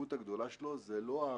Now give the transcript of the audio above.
המורכבות הגדולה של צה"ל זה לא הערים,